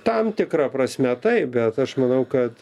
tam tikra prasme taip bet aš manau kad